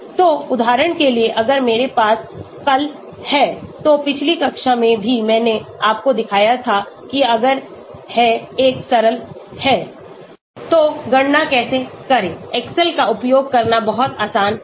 तो उदाहरण के लिए अगर मेरे पास कल है तो पिछली कक्षा में भी मैंने आपको दिखाया था किअगर है एक सरल है तो गणना कैसे करें एक्सेल का उपयोग करना बहुत आसान है